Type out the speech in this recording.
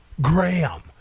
Graham